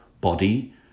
body